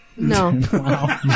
no